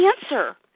cancer